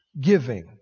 giving